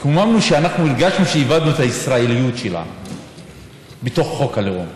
התקוממנו כי אנחנו הרגשנו שאיבדנו את הישראליות שלנו בתוך חוק הלאום.